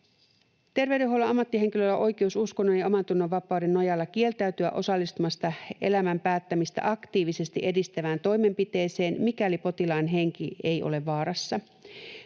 Terveydenhuollon ammattihenkilöllä on oikeus uskonnon‑ ja omantunnonvapauden nojalla kieltäytyä osallistumasta elämän päättämistä aktiivisesti edistävään toimenpiteeseen, mikäli potilaan henki ei ole vaarassa.